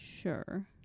sure